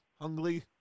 Hungly